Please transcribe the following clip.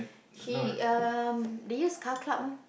she um they use car club mah